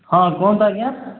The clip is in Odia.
ହଁ କୁହନ୍ତୁ ଆଜ୍ଞା